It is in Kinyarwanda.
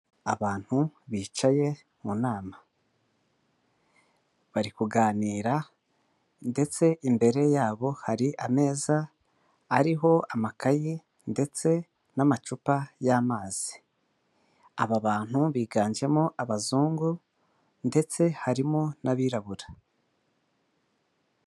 Abantu bicaye mu nama, bari kuganira ndetse imbere yabo hari ameza ariho amakayi ndetse n'amacupa y'amazi. Aba bantu biganjemo abazungu ndetse harimo n'abirabura.